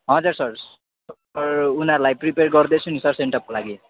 हजुर sir sir उनीहरूलाई prepare गर्दैछु नि सर सेन्ट अपको लागि